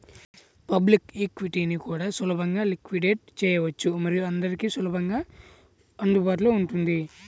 public ఈక్విటీని కూడా సులభంగా లిక్విడేట్ చేయవచ్చు మరియు అందరికీ సులభంగా అందుబాటులో ఉంటుంది